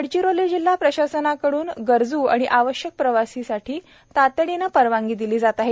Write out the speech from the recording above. गडचिरोली जिल्हा प्रशासनाकडून गरजू व आवश्यक प्रवासासाठी तातडीने परवानगी देली जात आहे